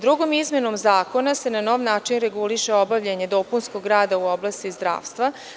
Drugom izmenom zakona se na nov način reguliše obavljanje dopunskog rada u oblasti zdravstva.